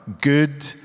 good